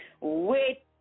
Wait